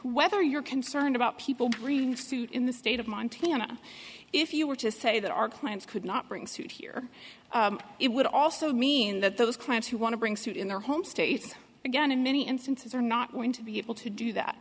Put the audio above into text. whether you're concerned about people green suit in the state of montana if you were to say that our clients could not bring suit here it would also mean that those clients who want to bring suit in their home states again in many instances are not going to be able to do that